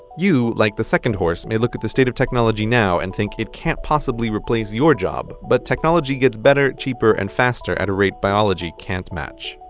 you, like the second horse, may look at the state of technology now and think it can't possibly replace your job. but technology gets better, cheaper, and faster at a rate biology can't match.